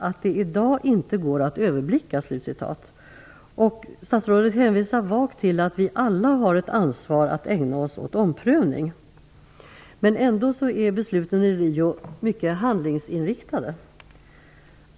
"att det i dag inte går att överblicka". Statsrådet hänvisar vagt till att vi alla har ett ansvar att ägna oss åt omprövning. Ändå är besluten i Rio mycket handlingsinriktade.